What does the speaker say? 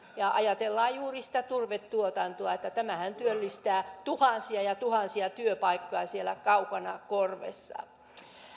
ja jos ajatellaan juuri sitä turvetuotantoa niin tämähän työllistää luo tuhansia ja tuhansia työpaikkoja siellä kaukana korvessa